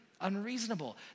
unreasonable